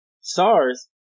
SARS